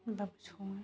होम्बाबो सङो